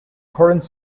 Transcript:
current